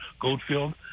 Goldfield